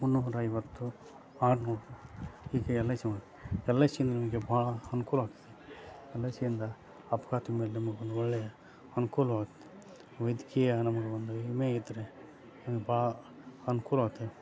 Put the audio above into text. ಮುನ್ನೂರ ಐವತ್ತು ಆರುನೂರು ಹೀಗೆ ಎಲ್ ಐ ಸಿ ಮಾಡಿ ಎಲ್ ಐ ಸಿ ನಿಮಗೆ ಬಹಳ ಅನುಕೂಲ ಆಗ್ತದೆ ಎಲ್ ಐ ಸಿಯಿಂದ ಅಪಘಾತ ಮೇಲೆ ಒಳ್ಳೆಯ ಅನ್ಕೂಲವಾಗ್ತದೆ ವೈದ್ಯಕೀಯ ನಮಗೆ ಒಂದು ಹೆಮ್ಮೆ ಇದ್ದರೆ ಬಾ ಅನ್ಕೂಲವಾಗ್ತದೆ